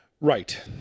Right